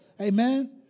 Amen